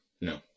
No